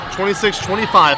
26-25